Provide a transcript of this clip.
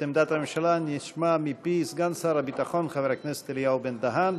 את עמדת הממשלה נשמע מפי סגן שר הביטחון חבר הכנסת אליהו בן-דהן.